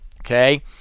okay